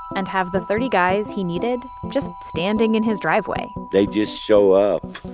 and have the thirty guys he needed just standing in his driveway they'd just show up.